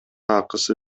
акысы